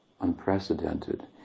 unprecedented